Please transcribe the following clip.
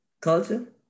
culture